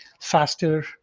faster